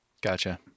gotcha